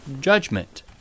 judgment